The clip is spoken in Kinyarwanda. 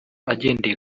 agendeye